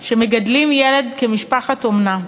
שמגדלים ילד כמשפחת אומנה.